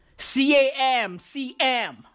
C-A-M-C-M